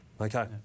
Okay